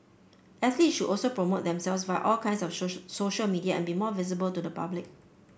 athletes should also promote themselves via all kinds of social social media and be more visible to the public